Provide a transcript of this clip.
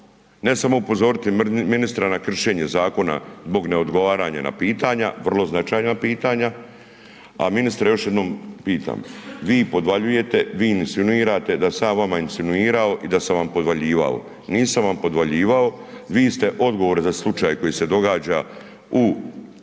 ne samo upozoriti ministra na kršenje zakona zbog neodgovaranja na pitanja, vrlo značajna pitanja. A ministre još jednom pitam, vi podvaljujete, vi insinuirate da sam ja vama insinuirao i da sam vam podvaljivao. Nisam vam podvaljivao, vi ste odgovorni za slučaj koji se događa u vašem